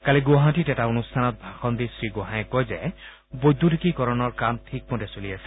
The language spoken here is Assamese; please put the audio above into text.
কালি গুৱাহাটীত এটা অনুষ্ঠানত ভাষণ দি শ্ৰীগোহায়ে কয় যে বৈদ্যতিকিকৰণৰ কাম ঠিকমতে চলি আছে